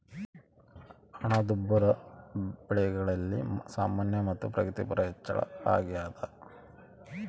ಹಣದುಬ್ಬರ ಬೆಲೆಗಳಲ್ಲಿ ಸಾಮಾನ್ಯ ಮತ್ತು ಪ್ರಗತಿಪರ ಹೆಚ್ಚಳ ಅಗ್ಯಾದ